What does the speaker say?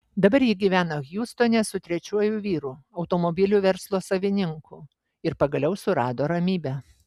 dabar ji gyvena hjustone su trečiuoju vyru automobilių verslo savininku ir pagaliau surado ramybę